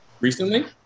recently